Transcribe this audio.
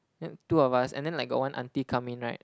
then two of us and then like got one aunty come in right